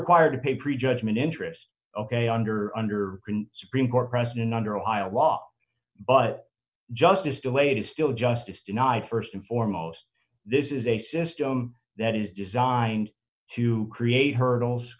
required to pay prejudgment interest ok under under supreme court precedent under ohio law but justice delayed is still justice denied st and foremost this is a system that is designed to create hurdles